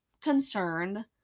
concerned